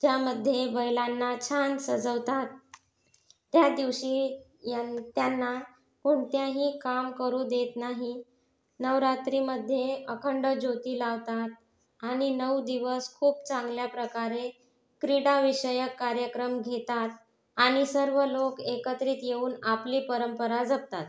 ज्यामध्ये बैलांना छान सजवतात त्या दिवशी यां त्यांना कोणत्याही काम करू देत नाही नवरात्रीमध्ये अखंड ज्योती लावतात आणि नऊ दिवस खूप चांगल्या प्रकारे क्रीडाविषयक कार्यक्रम घेतात आणि सर्व लोक एकत्रित येऊन आपली परंपरा जपतात